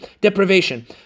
deprivation